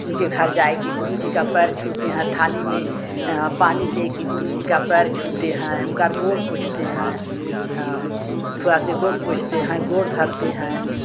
उनके घर जाए के गुरु जी का पैर छूते हैं थाली में पानी ले के गुरु जी का पैर छूते हैं उनकर गोर पोछते हैं थोड़ा से गोर पोछते हैं गोर धरते हैं